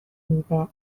میوه